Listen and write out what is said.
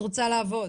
את רוצה לעבוד.